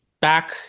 back